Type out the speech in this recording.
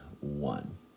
one